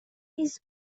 نیز